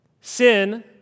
Sin